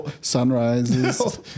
sunrises